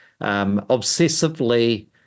obsessively